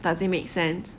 does it make sense